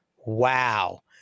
wow